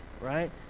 right